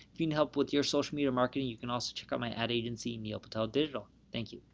if you need help with your social media marketing, you can also check out my ad agency, neil patel digital. thank you.